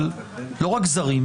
לא רק זרים,